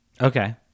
Okay